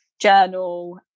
journal